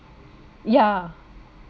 ya